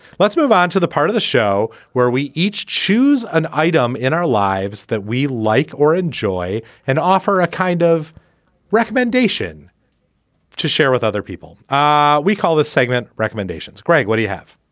let's move on to the part of the show where we each choose an item in our lives that we like or enjoy and offer a kind of recommendation to share with other people. ah we call this segment recommendations greg what do you have